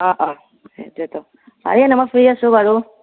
অঁ অঁ সেইটোৱেইতো পাৰি এনে মই ফ্ৰি আছোঁ বাৰু